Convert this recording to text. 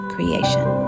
Creation